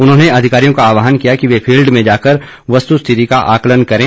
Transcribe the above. उन्होंने अधिकारियों का आहवान किया वे फील्ड में जाकर वस्तु स्थिति का आकलन करें